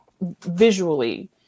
visually